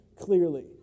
clearly